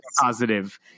positive